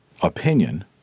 opinion